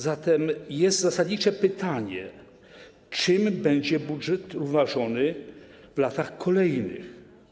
Zatem jest zasadnicze pytanie: Czym będzie budżet równoważony w latach kolejnych?